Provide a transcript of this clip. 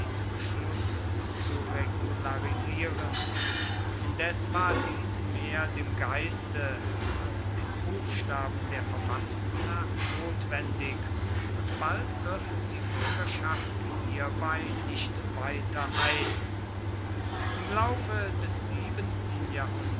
zu regularisieren indes war dies mehr dem geiste als dem buchstaben der verfassung nach notwendig und bald griff die bürgerschaft hierbei nicht weiter ein im laufe des siebenten jahrhunderts